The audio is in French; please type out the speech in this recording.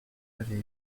avait